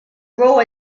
rule